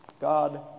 God